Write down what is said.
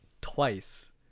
twice